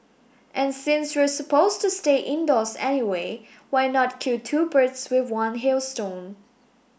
and since we're supposed to stay indoors anyway why not kill two birds with one hailstone